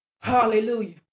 Hallelujah